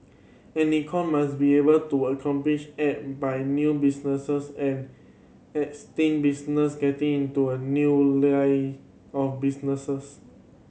an economy must be able to by new businesses and existing business getting into a new line of businesses